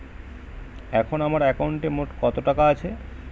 এখন আমার একাউন্টে মোট কত টাকা আছে?